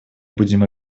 будем